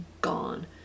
gone